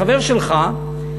החבר שלך,